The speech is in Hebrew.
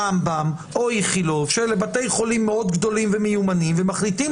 רמב"ם או איכילוב שהם בתי חולים מאוד גדולים ומיומנים ומחליטים